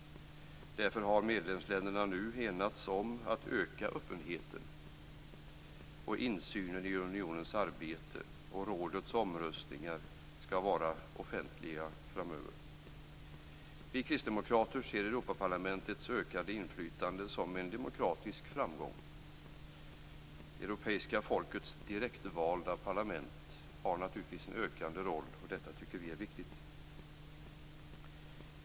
Därför har medlemsländerna nu enats om att öka öppenheten och insynen i unionens arbete. Rådets omröstningar skall vara offentliga framöver. Vi kristdemokrater ser Europaparlamentets ökade inflytande som en demokratisk framgång. Det europeiska folkets direktvalda parlament har naturligtvis en ökande roll, och det tycker vi är viktigt.